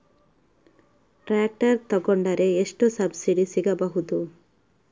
Tractor ತೊಕೊಂಡರೆ ಎಷ್ಟು subsidy ಸಿಗಬಹುದು?